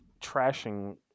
trashing